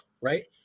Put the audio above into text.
right